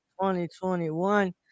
2021